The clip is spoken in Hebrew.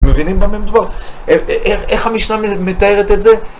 מבינים במה אני מדבר? איך המשנה מתארת את זה?